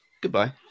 goodbye